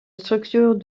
structure